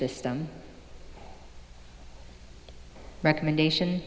system recommendation